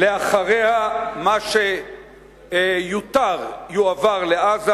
אחר כך מה שיותר יועבר לעזה.